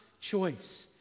choice